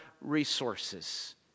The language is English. resources